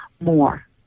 more